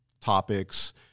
topics